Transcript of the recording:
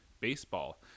baseball